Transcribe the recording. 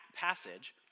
passage